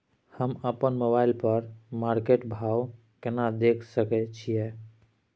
हम अपन मोबाइल पर मार्केट भाव केना देख सकै छिये?